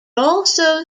also